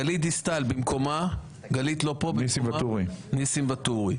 גלית דיסטל גלית לא פה, במקומה ניסים ואטורי.